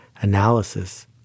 analysis